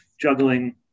juggling